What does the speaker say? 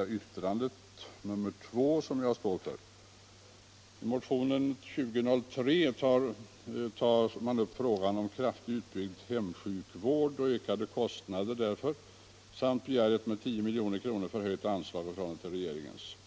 I motionen 1975/76:2003 tar man upp frågan om kraftigt utbyggd hemsjukvård och de ökade kostnaderna härför samt begär ett med 10 milj.kr. förhöjt anslag i förhållande till regeringens förslag.